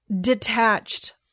detached